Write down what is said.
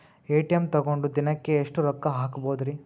ATM ತಗೊಂಡ್ ದಿನಕ್ಕೆ ಎಷ್ಟ್ ರೊಕ್ಕ ಹಾಕ್ಬೊದ್ರಿ?